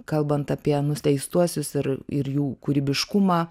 kalbant apie nusteistuosius ir ir jų kūrybiškumą